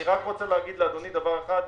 אני רק רוצה להגיד לאדוני דבר אחד.